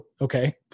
Okay